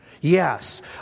Yes